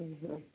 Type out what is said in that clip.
ହଁ